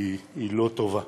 אינה טובה,